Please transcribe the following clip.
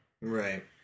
Right